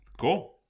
Cool